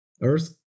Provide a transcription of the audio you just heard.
earth